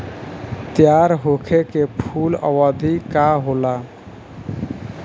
तैयार होखे के कूल अवधि का होला?